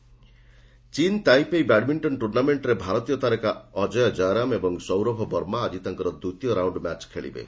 badminton ଚୀନ୍ Taipei badminton ଟୁର୍ଣ୍ଣାମେଣ୍ଟ୍ରେ ଭାରତୀୟ ତାରକା ଅଜୟ ଜୟରାମ ଏବଂ ସୌରଭ ବର୍ମା ଆଜି ତାଙ୍କର ଦ୍ୱିତୀୟ ରାଉଣ୍ଡ୍ ମ୍ୟାଚ୍ ଖେଳିବେ